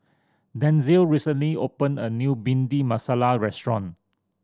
Denzil recently opened a new Bhindi Masala restaurant